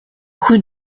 rue